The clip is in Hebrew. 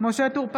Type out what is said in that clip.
משה טור פז,